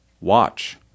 Watch